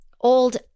old